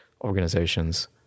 organizations